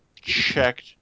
checked